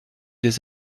des